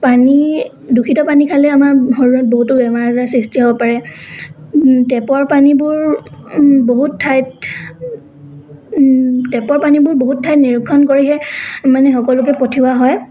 পানী দূষিত পানী খালে আমাৰ শৰীৰত বহুতো বেমাৰ আজাৰ সৃষ্টি হ'ব পাৰে টেপৰ পানীবোৰ বহুত ঠাইত টেপৰ পানীবোৰ বহুত ঠাইত নিৰীক্ষণ কৰিহে মানে সকলোকে পঠিওৱা হয়